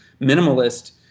minimalist